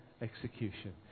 execution